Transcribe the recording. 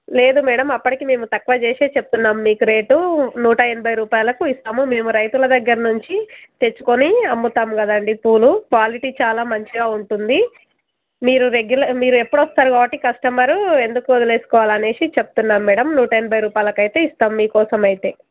లేదు మ్యాడమ్ అప్పటికి మేము తక్కువ చేసే చెప్తున్నాం మీకు రేటు నూట ఎనభై రూపాయలకు ఇస్తాము మేము రైతుల దగ్గర నుంచి తెచ్చుకొని అమ్ముతాము కదండీ పూలు క్వాలిటీ చాలా మంచిగా ఉంటుంది మీరు రెగ్యులర్ మీరు ఎప్పుడు వస్తారు కాబట్టి కస్టమరు ఎందుకు వదిలేసుకోవాలి అనేసి చెప్తున్నాం మ్యాడమ్ నూట ఎనభై రూపాయలకైతే ఇస్తాం మీకోసం అయితే